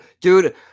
Dude